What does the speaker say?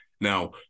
Now